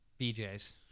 BJs